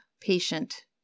patient